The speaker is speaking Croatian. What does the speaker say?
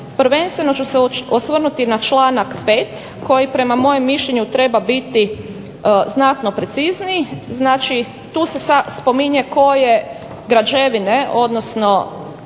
Prvenstveno ću se osvrnuti na članak 5. koji prema mom mišljenju treba biti znatno precizniji. Tu se spominje koje građevine odnosno